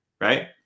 right